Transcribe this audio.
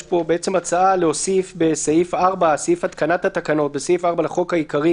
יש פה הצעה להוסיף בסעיף 4 לחוק העיקרי,